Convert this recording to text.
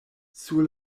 sur